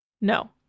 No